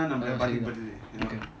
I don't think okay